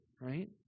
right